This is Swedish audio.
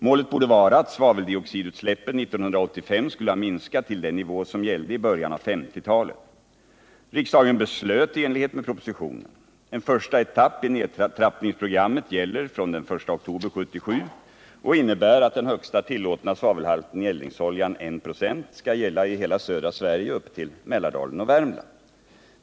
Målet borde vara att svaveldioxidutsläppen 1985 skulle ha minskat till den nivå som gällde i början av 1950-talet. Riksdagen beslöt i enlighet med propositionen. En första etapp i nedtrappningsprogrammet gäller från den 1 oktober 1977 och innebär att den högsta tillåtna svavelhalten i eldningsoljan, 1 96, skall gälla i hela södra Sverige upp till Mälardalen och Värmland.